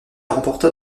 remporta